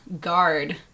guard